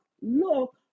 look